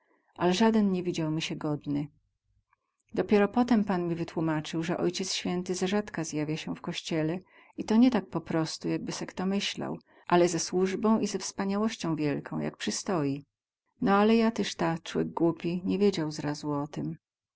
ale zaden nie widział mi sie godny dopiero potem pan mi wytłumacył ze ojciec święty ze rzadka zjawia sie w kościele i to nie tak po prostu jakby se kto myślał ale ze słuzbą i ze wspaniałością wielgą jak przystoi no ale ja tyz ta jak cłek głupi nie wiedział zrazu o tem